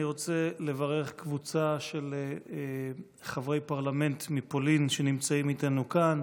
אני רוצה לברך קבוצה של חברי פרלמנט מפולין שנמצאים איתנו כאן.